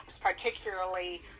particularly